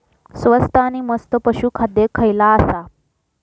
स्वस्त आणि मस्त पशू खाद्य खयला आसा?